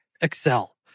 Excel